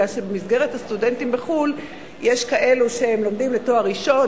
מפני שבין הסטודנטים בחו"ל יש כאלה שלומדים לתואר ראשון,